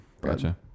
gotcha